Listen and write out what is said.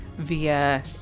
via